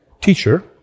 Teacher